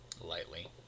lightly